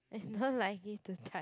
it's not like need to touch